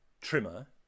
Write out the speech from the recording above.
trimmer